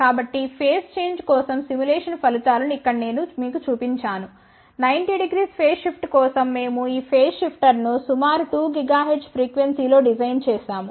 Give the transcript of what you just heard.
కాబట్టి phase change కోసం simulation ఫలితాలను ఇక్కడ నేను మీకు చూపించాను900 ఫేజ్ షిఫ్ట్ కోసం మేము ఈ ఫేజ్ షిఫ్టర్ను సుమారు 2 GHz ఫ్రీక్వెన్సీ లో డిజైన్ చేసాము